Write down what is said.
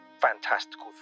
fantastical